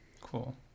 Cool